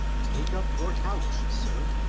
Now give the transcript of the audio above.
take up your couch, sir,